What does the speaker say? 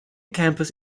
campus